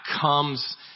comes